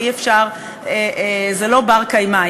וזה לא בר-קיימא,